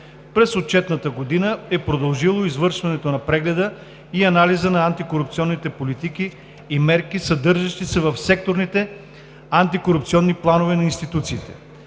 През отчетната година е продължило извършването на прегледа и анализа на антикорупционните политики и мерки, съдържащи се в секторните антикорупционни планове на институциите.